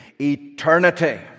Eternity